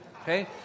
Okay